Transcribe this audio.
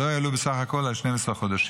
שלא יעלו בסך הכול על 12 חודשים,